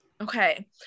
Okay